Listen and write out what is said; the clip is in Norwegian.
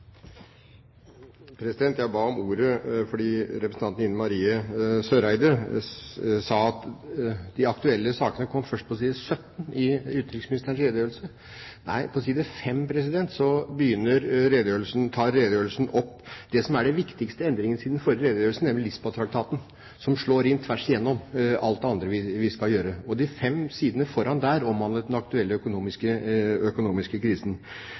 Jeg ba om ordet fordi representanten Ine M. Eriksen Søreide sa at de aktuelle sakene først kom på side 13 av 17 i utenriksministerens redegjørelse. På side 5 tar redegjørelsen opp det som er den viktigste endringen siden forrige redegjørelse, nemlig Lisboa-traktaten, som slår inn tvers gjennom alt det andre vi skal gjøre. De fem sidene foran omhandler den aktuelle økonomiske krisen.